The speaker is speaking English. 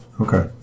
okay